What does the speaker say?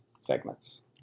segments